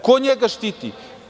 Ko njega štiti?